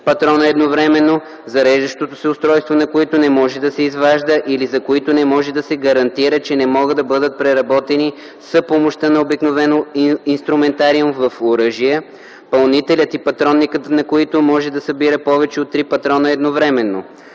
патрона едновременно, зареждащото устройство на които не може да се изважда или за които не може да се гарантира, че не могат да бъдат преработени с помощта на обикновен инструментариум в оръжия, пълнителят и патронникът на които могат да събират повече от три патрона едновременно;